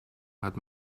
hat